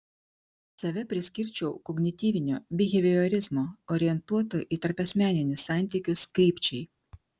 save priskirčiau kognityvinio biheviorizmo orientuoto į tarpasmeninius santykius krypčiai